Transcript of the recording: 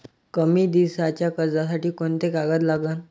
कमी दिसाच्या कर्जासाठी कोंते कागद लागन?